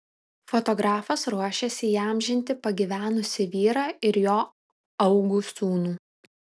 fotografas ruošiasi įamžinti pagyvenusį vyrą ir jo augų sūnų